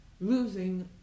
losing